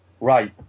right